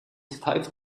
five